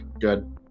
good